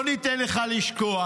לא ניתן לך לשכוח.